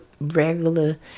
regular